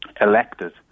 elected